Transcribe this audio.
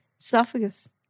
Esophagus